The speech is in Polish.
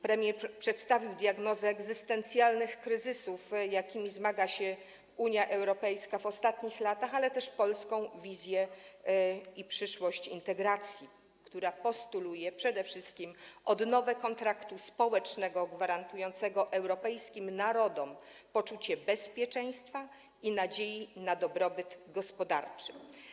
Premier przedstawił diagnozę egzystencjalnych kryzysów, z jakimi zmaga się Unia Europejska w ostatnich latach, ale też polską wizję przyszłości integracji, w której postuluje się przede wszystkim odnowę kontraktu społecznego gwarantującego europejskim narodom poczucie bezpieczeństwa i nadziei na dobrobyt gospodarczy.